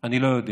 אני לא יודע,